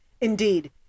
Indeed